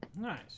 Nice